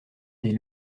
des